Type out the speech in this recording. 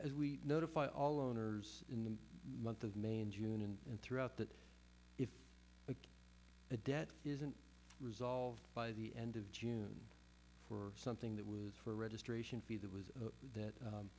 as we notify all owners in the month of may and june and throughout that the debt isn't resolved by the end of june for something that was for registration fee that was that